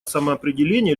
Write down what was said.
самоопределение